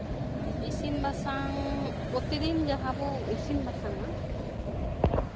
ᱤᱥᱤᱱ ᱵᱟᱥᱟᱝ ᱯᱨᱚᱛᱤᱫᱤᱱ ᱡᱟᱸᱦᱟ ᱵᱚᱱ ᱤᱥᱤᱱ ᱵᱟᱥᱟᱝᱼᱟ